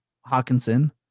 Hawkinson